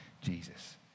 Jesus